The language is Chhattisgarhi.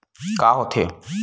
का होथे?